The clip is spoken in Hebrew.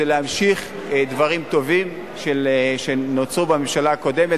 זה להמשיך דברים טובים שנוצרו בממשלה הקודמת,